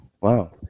Wow